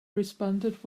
responded